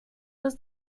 was